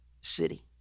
city